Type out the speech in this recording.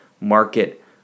market